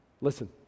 Listen